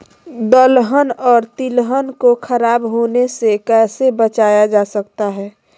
दलहन और तिलहन को खराब होने से कैसे बचाया जा सकता है?